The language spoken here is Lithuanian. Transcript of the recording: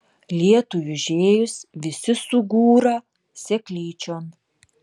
lietui užėjus visi sugūra seklyčion